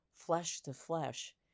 flesh-to-flesh